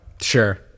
sure